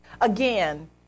again